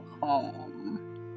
home